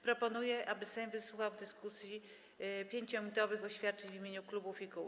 Proponuję, aby Sejm wysłuchał w dyskusji 5-minutowych oświadczeń w imieniu klubów i kół.